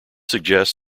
suggests